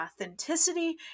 authenticity